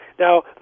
Now